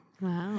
Wow